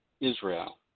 Israel